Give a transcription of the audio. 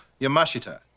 yamashita